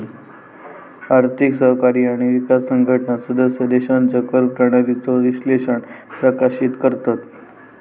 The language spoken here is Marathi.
आर्थिक सहकार्य आणि विकास संघटना सदस्य देशांच्या कर प्रणालीचो विश्लेषण प्रकाशित करतत